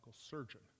surgeon